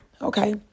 okay